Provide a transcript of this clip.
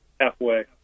Halfway